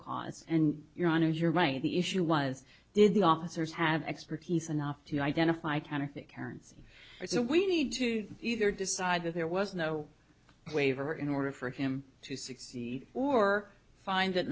cause and you're on it you're right the issue was did the officers have expertise enough to identify counterfeit currency so we need to either decide that there was no waiver in order for him to succeed or find that